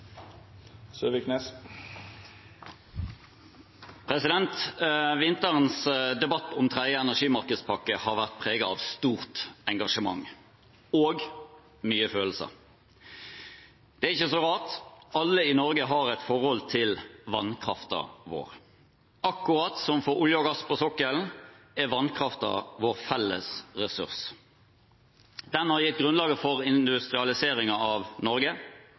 er omme. Vinterens debatt om den tredje energimarkedspakken har vært preget av stort engasjement og mye følelser. Det er ikke så rart – alle i Norge har et forhold til vannkraften vår. Akkurat som olje og gass på sokkelen er vannkraften vår felles ressurs. Den har gitt grunnlaget for industrialiseringen av